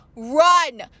run